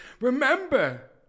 remember